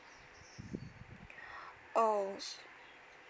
oh